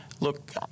look